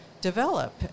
develop